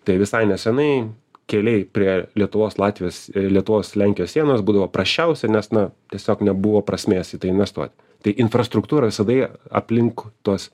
tai visai neseniai keliai prie lietuvos latvijos ir lietuvos lenkijos sienos būdavo prasčiausia nes na tiesiog nebuvo prasmės į tai investuoti tai infrastruktūra visada ji aplink tuos